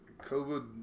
COVID